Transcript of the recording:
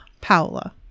Paola